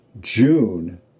June